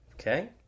okay